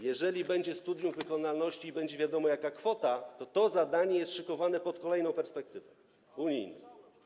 Jeżeli będzie studium wykonalności i będzie wiadomo, jaka kwota, to zadanie to jest szykowane w ramach kolejnej perspektywy unijnej.